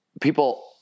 people